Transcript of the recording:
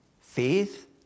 faith